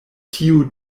tiu